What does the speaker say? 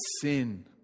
sin